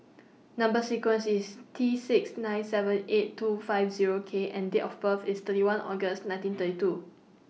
Number sequence IS T six nine seven eight two five Zero K and Date of birth IS thirty one August nineteen thirty two